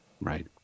Right